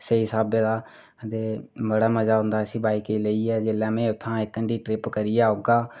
स्हेई स्हाबै दा ते बड़ा मज़ा औंदा इसी बाईक गी लेइयै जेल्लै में उत्थां ट्रिप करियै औगा